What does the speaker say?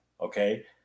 Okay